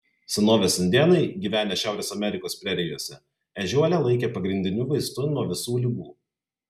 senovės indėnai gyvenę šiaurės amerikos prerijose ežiuolę laikė pagrindiniu vaistu nuo visų ligų